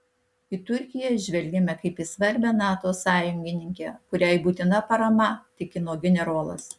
į turkiją žvelgiame kaip į svarbią nato sąjungininkę kuriai būtina parama tikino generolas